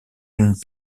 une